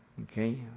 Okay